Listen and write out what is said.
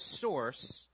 source